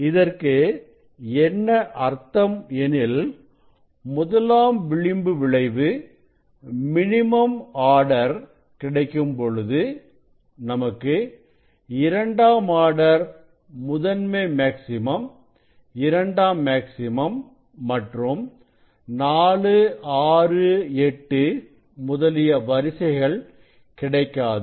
இதற்கு என்ன அர்த்தம் எனில் முதலாம் விளிம்பு விளைவு மினிமம் ஆர்டர் கிடைக்கும் பொழுது நமக்கு இரண்டாம் ஆர்டர் முதன்மை மேக்ஸிமம் இரண்டாம் மேக்சிமம் மற்றும் 4 6 8 முதலிய வரிசைகள் கிடைக்காது